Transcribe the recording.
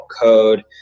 code